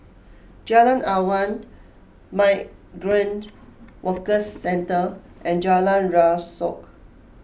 Jalan Awan Migrant Workers Centre and Jalan Rasok